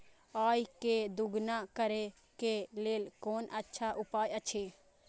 आय के दोगुणा करे के लेल कोन अच्छा उपाय अछि?